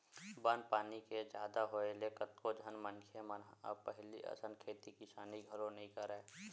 बन पानी के जादा होय ले कतको झन मनखे मन ह अब पहिली असन खेती किसानी घलो नइ करय